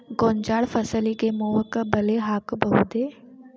ಗೋಂಜಾಳ ಫಸಲಿಗೆ ಮೋಹಕ ಬಲೆ ಹಾಕಬಹುದೇ?